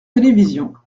télévision